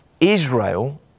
Israel